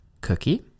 Cookie